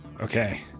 Okay